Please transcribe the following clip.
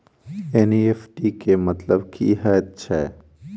NEFT केँ मतलब की हएत छै?